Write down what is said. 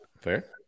Fair